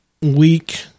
week